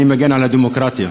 אני מגן על הדמוקרטיה.